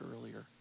earlier